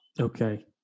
Okay